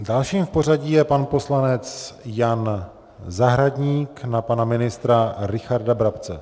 Dalším v pořadí je pan poslanec Jan Zahradník na pana ministra Richarda Brabce.